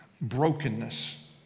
brokenness